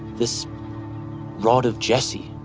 this rod of jesse,